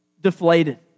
deflated